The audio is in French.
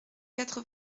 quatre